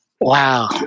Wow